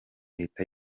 leta